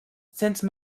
since